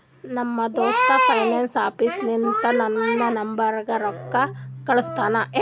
ನಮ್ ದೋಸ್ತ PhonePe app ಲಿಂತಾ ನನ್ ನಂಬರ್ಗ ರೊಕ್ಕಾ ಕಳ್ಸ್ಯಾನ್